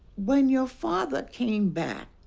when your father came back,